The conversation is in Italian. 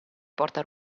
porta